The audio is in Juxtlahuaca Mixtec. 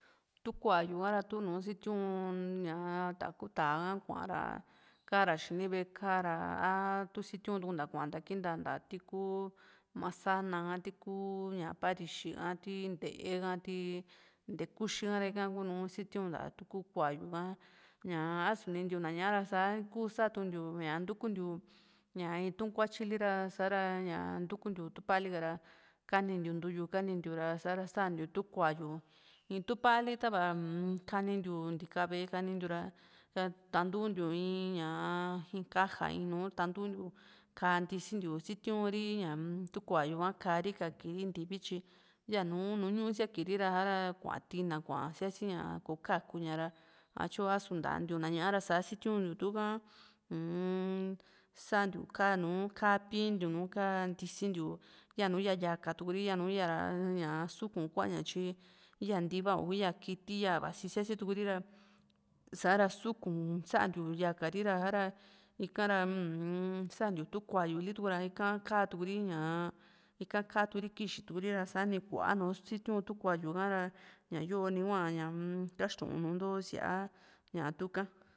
tu kuayu ha ra tu sitiu´n ñaa ta kuu tá´a ha kuaara ka´ra xini ve´e ka´ra a tu sitiu´n nta kuanta kininta tíkuu masana ha tíkuu parixi ña ti nte´e ha ti ntee kuxi ha ika kunu sitiunta tuku kuayu ka ñaa a´su nitiui na ñá´a ra sá kuu satukuntiu ña ntukuntiu itu´n kuatyi li ra sa´ra ñaa ntukuntiu tú palika ra kanintiu ntúyu kanintiu ra sa´ra santiu tu kuayu in tu pali tava kanintiu ntika ve´e kaninintiura tantuntiu in ñaa in kaja in nuu tantuntiu ka ntisi ntiu sítiurí ña-m tu kuayu kaari kakiri ntivi tyi yanu núñuu siakiri ra sa´ra kua tina kua síasi´a kò´o kakuña ra satyu a´suntiu na ñá´a ra sa situntiu tuka uu-m santiu kaa núu ka pí´i ntiu nu ka ntisi ntiu yanu yaa yaka tukuri yanu yaa´ra suku kuaña tyi íya ntiva´u íya kiti vasi siasituku ri ra sa´ra sukun santiu yaka ri ra sa´ra ika ra u-m santiu tu kuayuli ra ika katukuri ñaa ika turi kixiri ra sáni kuanú sitiu´n tu kuayu ha ra ñayoo ni hua kaxtuun ntunto síaa tuka